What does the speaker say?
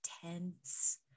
tense